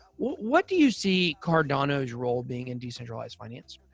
what do you see cardano's role being in decentralized finance?